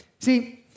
See